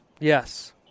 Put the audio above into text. yes